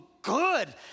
good